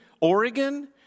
Oregon